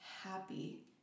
happy